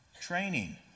Training